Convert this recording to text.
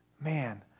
man